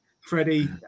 Freddie